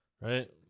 right